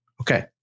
Okay